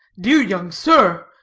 dear young sir,